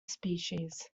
species